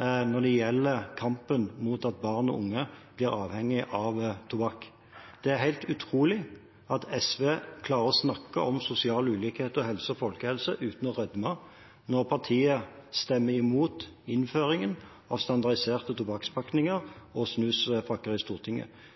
når det gjelder kampen mot at barn og unge blir avhengig av tobakk. Det er helt utrolig at SV klarer å snakke om sosial ulikhet, helse og folkehelse uten å rødme når partiet i Stortinget stemmer imot innføringen av standardiserte tobakkspakninger og